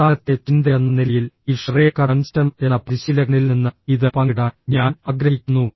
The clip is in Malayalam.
അവസാനത്തെ ചിന്തയെന്ന നിലയിൽ ഈ ഷെറേക്ക ഡൺസ്റ്റൺ എന്ന പരിശീലകനിൽ നിന്ന് ഇത് പങ്കിടാൻ ഞാൻ ആഗ്രഹിക്കുന്നു